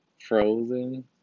Frozen